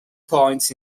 points